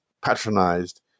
patronized